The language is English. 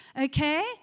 Okay